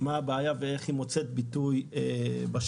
מה הבעיה ואיך היא מוצאת ביטוי בשטח.